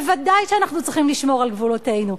בוודאי שאנחנו צריכים לשמור על גבולותינו,